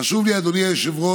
חשוב לי, אדוני היושב-ראש,